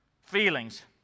Feelings